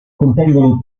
contengono